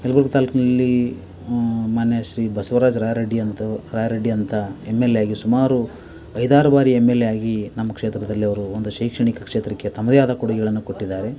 ಯಲ್ಬುರ್ಗ ತಾಲೂಕಿನಲ್ಲಿ ಮಾನ್ಯ ಶ್ರೀ ಬಸವರಾಜ್ ರಾಯ್ ರೆಡ್ಡಿ ಅಂತು ರಾಯ್ ರೆಡ್ಡಿ ಅಂತ ಎಮ್ ಎಲ್ ಎ ಆಗಿ ಸುಮಾರು ಐದಾರು ಬಾರಿ ಎಮ್ ಎಲ್ ಎ ಆಗಿ ನಮ್ಮ ಕ್ಷೇತ್ರದಲ್ಲವರು ಒಂದು ಶೈಕ್ಷಣಿಕ ಕ್ಷೇತ್ರಕ್ಕೆ ತಮ್ಮದೇ ಆದ ಕೊಡುಗೆಗಳನ್ನ ಕೊಟ್ಟಿದ್ದಾರೆ